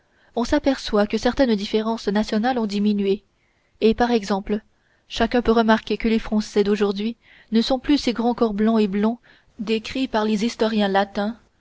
on s'aperçoit que certaines différences nationales ont diminué et par exemple chacun peut remarquer que les français d'aujourd'hui ne sont plus ces grands corps blancs et blonds décrits par les historiens latins